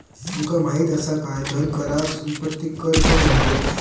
तुमका माहित असा काय धन कराक संपत्ती कर पण म्हणतत?